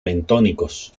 bentónicos